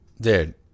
Dude